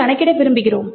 கணக்கிட விரும்புகிறோம்